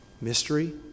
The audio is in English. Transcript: mystery